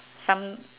some